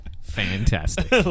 Fantastic